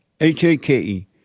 H-A-K-E